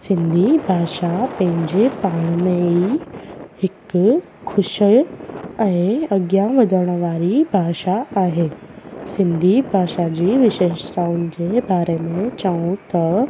सिंधी भाषा पंहिंजे पाण में ई हिकु ख़ुशि ऐं अॻियां वधण वारी भाषा आहे सिंधी भाषा जी विशेषताउनि जे बारे में चऊं त